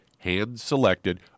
hand-selected